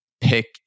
pick